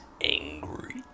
angry